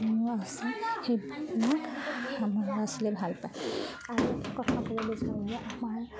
আৰু আছে সেইসমূহ আমাৰ ল'ৰা ছোৱালীয়ে ভাল পায় আৰু কথা ক'ব বিচাৰোঁ যে আমাৰ